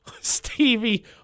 Stevie